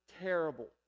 terrible